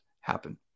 happen